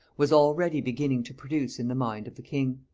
was already beginning to produce in the mind of the king.